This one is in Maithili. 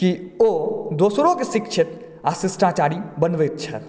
कि ओ दोसरोकेँ शिक्षित आ शिष्टाचारी बनबैत छल